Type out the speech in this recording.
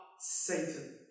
Satan